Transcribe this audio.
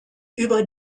über